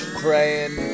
praying